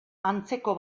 antzeko